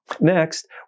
Next